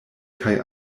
kaj